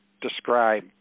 describe